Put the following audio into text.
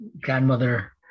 grandmother